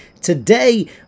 Today